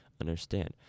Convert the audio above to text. understand